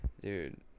dude